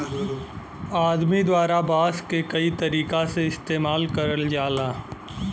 आदमी द्वारा बांस क कई तरीका से इस्तेमाल करल जाला